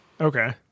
Okay